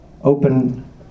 open